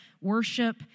Worship